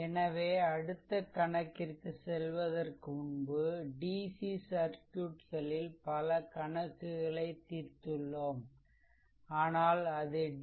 எனவே அடுத்த கணக்கிற்கு செல்வதற்கு முன்பு டிசி சர்க்யூட்களில் பல கணக்குகளை தீர்த்துள்ளோம் ஆனால் அது டி